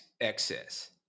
excess